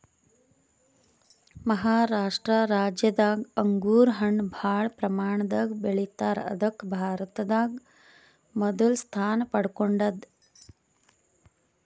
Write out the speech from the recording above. ಮಹಾರಾಷ್ಟ ರಾಜ್ಯದಾಗ್ ಅಂಗೂರ್ ಹಣ್ಣ್ ಭಾಳ್ ಪ್ರಮಾಣದಾಗ್ ಬೆಳಿತಾರ್ ಅದಕ್ಕ್ ಭಾರತದಾಗ್ ಮೊದಲ್ ಸ್ಥಾನ ಪಡ್ಕೊಂಡದ್